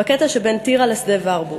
בקטע שבין טירה לשדה-ורבורג.